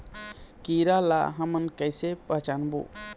कीरा ला हमन कइसे पहचानबो?